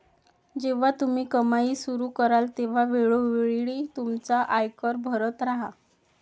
जेव्हा तुम्ही कमाई सुरू कराल तेव्हा वेळोवेळी तुमचा आयकर भरत राहा